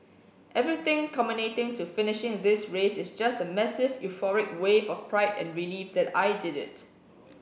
everything culminating to finishing this race is just a massive euphoric wave of pride and relief that I did it